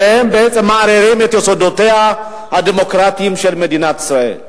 שהן בעצם מערערות את יסודותיה הדמוקרטיים של מדינת ישראל.